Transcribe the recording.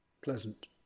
pleasant